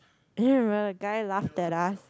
I don't remember guy laugh that loud